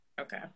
okay